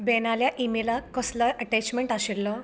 बॅनााल्या ईमेलाक कसलोय अटॅचमेंट आशिल्लो